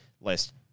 list